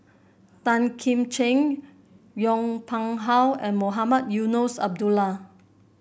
Tan Kim Ching Yong Pung How and Mohamed Eunos Abdullah